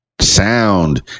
Sound